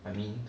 I mean